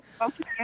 Okay